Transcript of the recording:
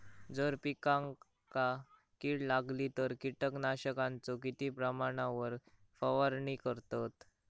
जर पिकांका कीड लागली तर कीटकनाशकाचो किती प्रमाणावर फवारणी करतत?